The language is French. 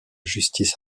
justice